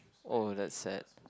oh that's sad